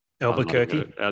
Albuquerque